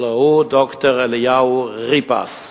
הלוא הוא ד"ר אליהו ריפס.